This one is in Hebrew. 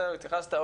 בסדר, התייחסת.